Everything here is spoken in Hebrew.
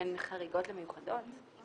בין חריגות למיוחדות?